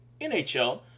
NHL